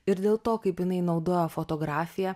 ir dėl to kaip jinai naudoja fotografiją